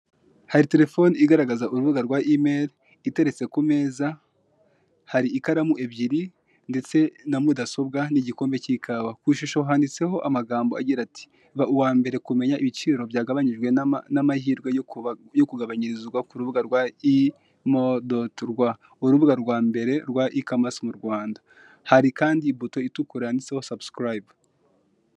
Uruganda rwa Muakamira ruzwiho gutunganya amata rufite n'ibindi binyobwa n'ibiribwa bikorwa mu mata, yaba ikivuguto cyangwa ibizwi nka yawurute bikunzwe n'abana batoya ubisanga mu maduka menshi, amaresitora cyangwa amalimantasiyo aho uba usanga bicuruzwa ku biciro bitandukanye bitewe naho wakiguriye.